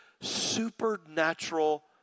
supernatural